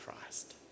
Christ